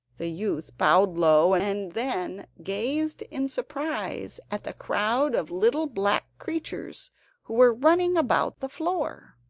the youth bowed low, and then gazed in surprise at the crowd of little black creatures who were running about the floor,